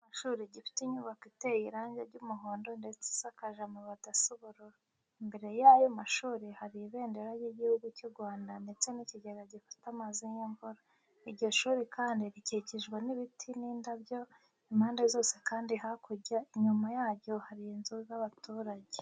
Ni ikigo cy'amashuri gifite inyubako iteye irange ry'umuhondo ndetse isakaje amabati asa ubururu. Imbere y'ayo mashuri hari Ibendera ry'Igihugu cy'u Rwanda ndetse n'ikigega gifata amazi y'imvura. Iryo shuri kandi rikikijwe n'ibiti n'indabyo impande zose kandi hakurya inyuma yaryo hari inzu z'abaturage.